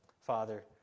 Father